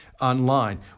online